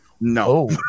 No